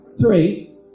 three